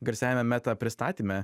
garsiajame meta pristatyme